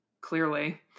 Clearly